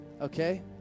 Okay